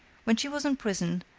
when she was in prison,